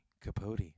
Capote